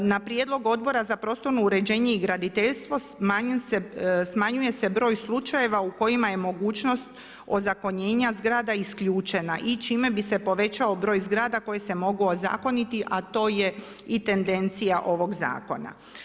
Na prijedlog Odbora za prostorno uređenje i graditeljstvo smanjuje se broj slučajeva u kojima je mogućnost ozakonjenja zgrada isključena i čime bi se povećao broj zgrada koji se mogu ozakoniti, a to je i tendencija ovog zakona.